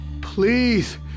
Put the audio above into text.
Please